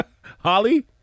Holly